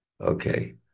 Okay